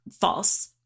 false